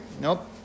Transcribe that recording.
nope